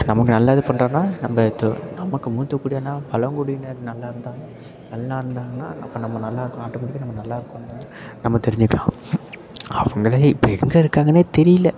நமக்கு நல்லது பண்ணுறனா நம்ம தொ நமக்கு மூத்தக்குடியினால் பழங்குடியினர் நல்லா இருந்தாலே நல்லா இருந்தாங்கனால் அப்போ நம்ம நல்லா இருக்கோம் ஆட்டமேட்டிக்காக நம்ம நல்லா இருக்கோம்னு நம்ம தெரிஞ்சுக்கலாம் அவங்களே இப்போ எங்கே இருக்காங்கனே தெரியல